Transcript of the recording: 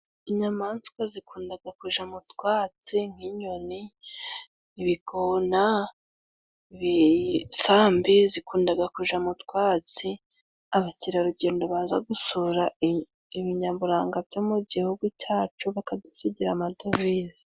Inyamanswa zikunda kujya mu twatsi, nk'inyoni, ibigona, imisambi, bikundaga kujya mutwatsi, bamukerarugendo baza gusura ibinyaburanga byo mu gihugu cyacu, bakadusigira amadovize.